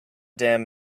damn